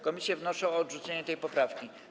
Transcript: Komisje wnoszą o odrzucenie tej poprawki.